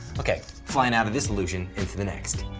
okay, flying out of this illusion into the next.